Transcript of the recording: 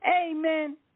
Amen